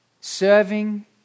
serving